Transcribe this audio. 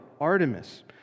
Artemis